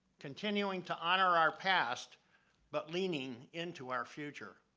continuing to honor our past but leaning into our future.